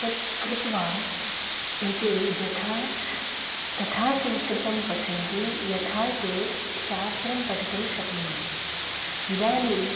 तत् कृत्वा एते यथा तथा संस्कृतं पठन्ति यथा ते शास्त्रं पठितुं शक्नुवन्ति इदानीं